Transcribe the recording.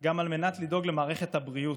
גם על מנת לדאוג למערכת הבריאות,